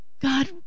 God